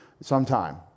sometime